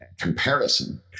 Comparison